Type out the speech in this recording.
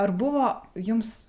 ar buvo jums